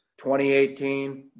2018